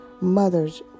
mother's